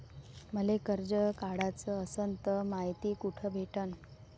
मले कर्ज काढाच असनं तर मायती कुठ भेटनं?